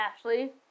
Ashley